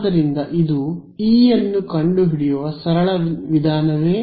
ಆದ್ದರಿಂದ ಇದು ಇ ಅನ್ನು ಕಂಡುಹಿಡಿಯುವ ಸರಳ ವಿಧಾನವೇ